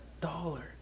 dollar